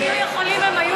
אם הם היו יכולים הם היו,